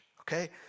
okay